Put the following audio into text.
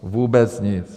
Vůbec nic.